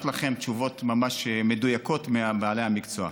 לכם תשובות ממש מדויקות מבעלי המקצוע.